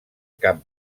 cap